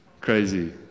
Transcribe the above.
Crazy